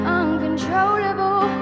uncontrollable